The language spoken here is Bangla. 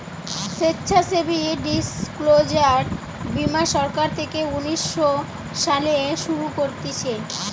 স্বেচ্ছাসেবী ডিসক্লোজার বীমা সরকার থেকে উনিশ শো সালে শুরু করতিছে